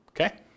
Okay